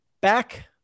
back